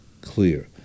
clear